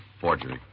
Forgery